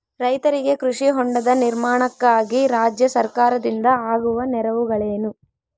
ರೈತರಿಗೆ ಕೃಷಿ ಹೊಂಡದ ನಿರ್ಮಾಣಕ್ಕಾಗಿ ರಾಜ್ಯ ಸರ್ಕಾರದಿಂದ ಆಗುವ ನೆರವುಗಳೇನು?